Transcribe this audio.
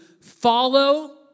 follow